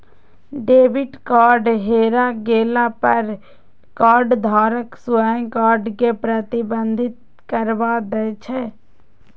debit card हेरा गेला पर कार्डधारक स्वयं कार्ड कें प्रतिबंधित करबा दै छै